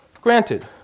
granted